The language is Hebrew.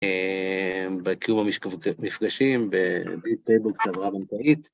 בקיום המפגשים, בביט, פייבוקס, העברה בנקאית.